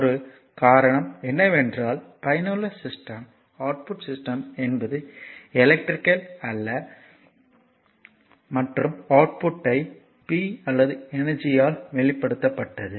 ஒரு காரணம் என்னவென்றால் பயனுள்ள சிஸ்டம் அவுட்புட் என்பது எலக்ட்ரிகல் அல்ல மற்றும் அவுட்புட் ஐ p அல்லது எனர்ஜி ஆல் வெளிப்படுத்தப்பட்டது